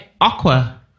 Aqua